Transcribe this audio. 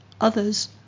others